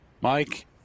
Mike